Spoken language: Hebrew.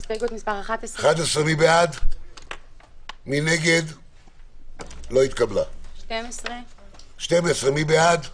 הסתייגות מס' 9. מי בעד ההסתייגות?